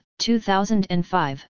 2005